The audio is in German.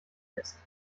fest